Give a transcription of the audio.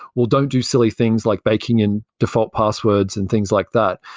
well don't do silly things like baking in default passwords and things like that.